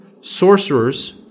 sorcerers